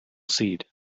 seed